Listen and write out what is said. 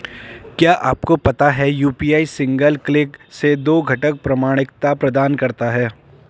क्या आपको पता है यू.पी.आई सिंगल क्लिक से दो घटक प्रमाणिकता प्रदान करता है?